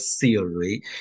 theory